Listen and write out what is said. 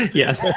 yes